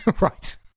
right